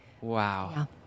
Wow